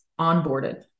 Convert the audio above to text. onboarded